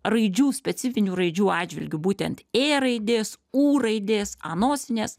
raidžių specifinių raidžių atžvilgiu būtent ė raidės u raidės a nosinės